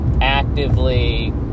actively